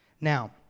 Now